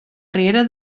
riera